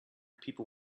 people